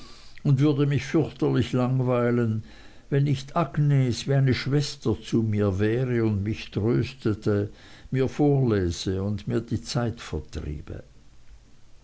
und würde mich fürchterlich langweilen wenn nicht agnes wie eine schwester zu mir wäre und mich tröstete mir vorläse und mir die zeit vertriebe